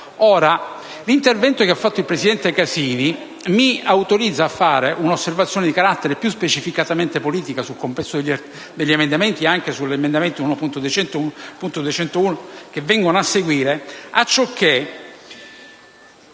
l'intervento svolto dal presidente Casini mi autorizza a fare un'osservazione di carattere più specificatamente politico sul complesso degli emendamenti, ed anche sugli emendamenti 1.200 e 1.201, che vengono a seguire. Questi